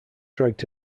dragged